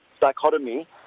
dichotomy